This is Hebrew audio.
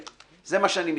זה מה שאני מתכוון.